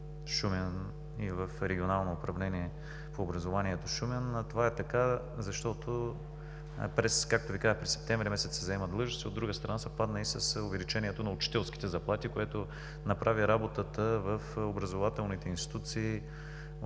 Шумен и в Регионално управление на образованието – Шумен. Това е така, защото, както Ви казах, през месец септември се заемат длъжности, от друга страна, съвпадна и с увеличението на учителските заплати, което направи работата в образователните институции